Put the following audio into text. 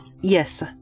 Yes